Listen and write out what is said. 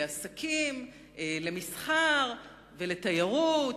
לעסקים, למסחר ולתיירות.